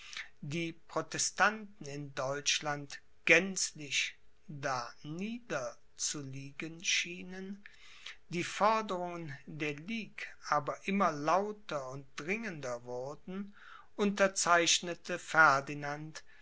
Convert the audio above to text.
die protestanten in deutschland gänzlich daniederzuliegen schienen die forderungen der ligue aber immer lauter und dringender wurden unterzeichnete